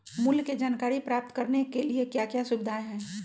मूल्य के जानकारी प्राप्त करने के लिए क्या क्या सुविधाएं है?